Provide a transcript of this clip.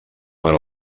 per